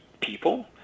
people